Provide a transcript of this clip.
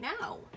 now